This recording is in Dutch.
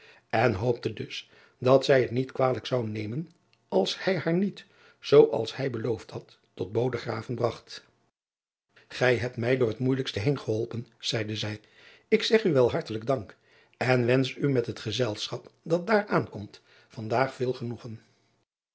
en hoopte dus dat zij het niet kwalijk zou nemen als hij haar niet zoo als hij beloofd had tot odegraven bragt ij hebt mij door het moeijelijkste heengeholpen zeide zij ik zeg u wel hartelijk dank en wensch u met het gezelschap dat daar aankomt van daag veel genoegen